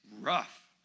rough